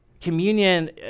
Communion